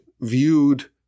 viewed